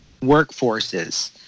workforces